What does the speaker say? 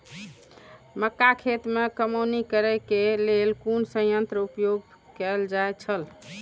मक्का खेत में कमौनी करेय केय लेल कुन संयंत्र उपयोग कैल जाए छल?